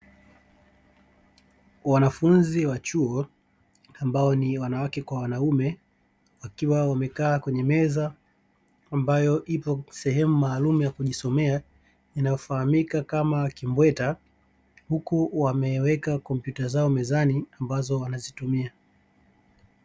Wanafunzi wa chuo ambao ni wanawake kwa wanaume wakiwa wamekaa kwenye meza ambayo ipo sehemu maalumu ya kujisomea, inayofahamika kama kimbweta huku wameweka kompyuta zao mezani ambazo wanazitumia.